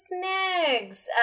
snags